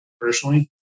personally